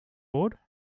bored